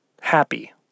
happy